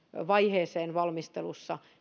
vaiheeseen valmistelussa